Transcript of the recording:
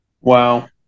Wow